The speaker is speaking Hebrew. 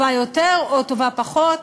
טובה יותר או טובה פחות,